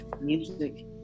music